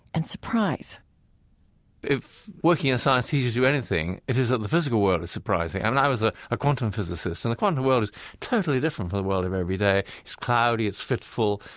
and surprise if working in science teaches you anything, it is that the physical world is surprising. and and i was a quantum physicist, and the quantum world is totally different from the world of every day. it's cloudy, it's fitful,